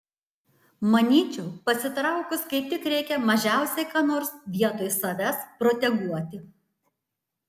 manyčiau pasitraukus kaip tik reikia mažiausiai ką nors vietoj savęs proteguoti